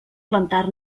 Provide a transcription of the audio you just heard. plantar